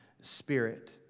Spirit